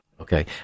Okay